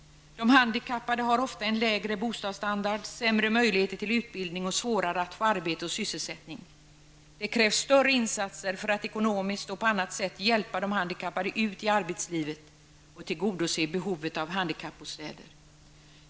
De handikappade har ofta en lägre bostadsstandard, sämre möjligheter till utbildning och svårare att få arbete och sysselsättning. Det krävs större insatser för att ekonomiskt och på annat sätt hjälpa de handikappade ut i arbetslivet och tillgodose behovet av handikappbostäder.